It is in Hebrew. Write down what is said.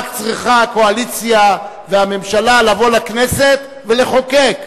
רק צריכה הקואליציה והממשלה לבוא לכנסת ולחוקק.